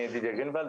אני ידידיה גרינוולד,